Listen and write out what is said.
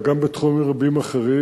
אלא גם בתחומים רבים אחרים.